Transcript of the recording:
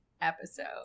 episode